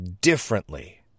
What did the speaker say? differently